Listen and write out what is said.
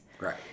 Right